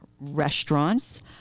restaurants